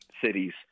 cities